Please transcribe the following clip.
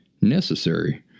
necessary